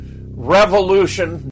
Revolution